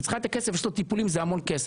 היא צריכה את הכסף כי יש לו טיפולים וזה המון כסף.